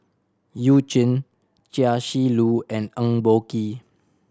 You Jin Chia Shi Lu and Eng Boh Kee